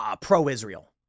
pro-Israel